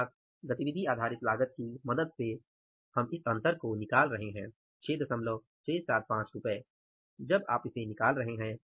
अर्थात गतिविधि आधारित लागत की मदद से हम इस अंतर को निकाल रहे हैं 6675 रु जब आप इसे निकाल रहे हैं